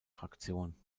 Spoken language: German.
fraktion